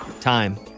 Time